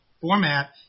format